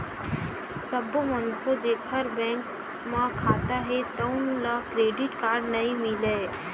सब्बो मनखे जेखर बेंक म खाता हे तउन ल क्रेडिट कारड नइ मिलय